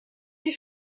die